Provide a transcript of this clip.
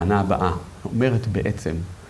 שנה הבאה, אומרת בעצם.